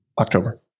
October